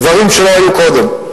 דברים שלא היו קודם.